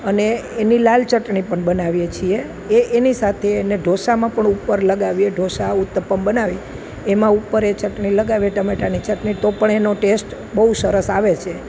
અને એની લાલ ચટણી પણ બનાવીએ છીએ એ એની સાથે એને ઢોંસામાં પણ ઉપર લગાવીએ ઢોસા ઉત્તપમ બનાવી એમાં ઉપર એ ચટણી લગાવી ટમેટાની ચટણી તો પણ એનો ટેસ્ટ બહુ સરસ આવે છે